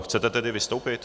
Chcete tedy vystoupit?